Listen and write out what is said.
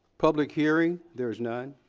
public hearing, there is none.